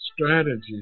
strategy